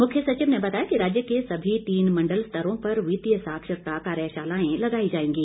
मुख्य सचिव ने बताया कि राज्य के सभी तीन मण्डल स्तरों पर वितीय साक्षरता कार्यशालाएं लगाई जाएंगी